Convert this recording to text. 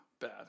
Bad